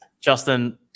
Justin